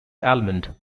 almond